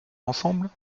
ensemble